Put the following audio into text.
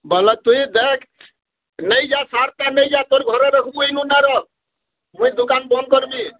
ବଲେ ତୁଇ ଦେଖ୍ ନେଇଜା ସାର୍ଟା ନେଇଜା ତୋର୍ ଘରେ ରଖ୍ବୁ ଇନୁ ନାଇଁ ରଖ୍ ମୁଇଁ ଦୁକାନ୍ ବନ୍ଦ୍ କର୍ମି